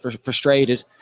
Frustrated